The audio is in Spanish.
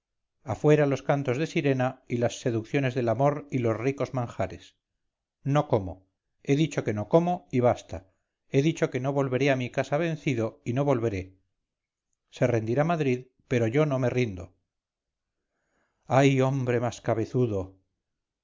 afuera los cantos de sirena y las seducciones del amor y los ricos manjares no como he dicho que no como y basta he dicho que no volveré a mi casa vencido y no volveré se rendirá madrid pero yo no me rindo hay hombre más cabezudo